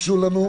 הוגשו לנו?